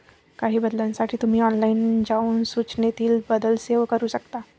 काही बदलांसाठी तुम्ही ऑनलाइन जाऊन सूचनेतील बदल सेव्ह करू शकता